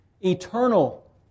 eternal